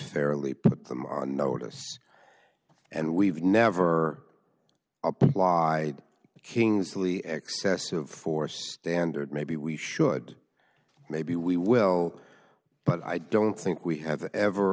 fairly put them on notice and we've never apply kingsley excess of force standard maybe we should maybe we will but i don't think we have ever